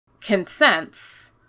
consents